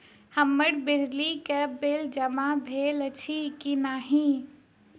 हम्मर बिजली कऽ बिल जमा भेल अछि की नहि?